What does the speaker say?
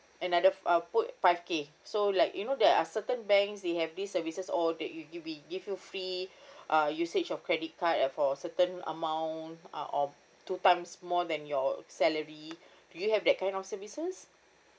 another uh put five K so like you know there are certain banks they have these services or that you'll be give you free uh usage of credit card uh for certain amount uh or two times more than your salary do you have that kind of services